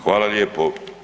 Hvala lijepo.